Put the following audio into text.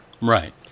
Right